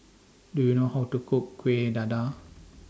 Do YOU know How to Cook Kueh Dadar